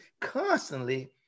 constantly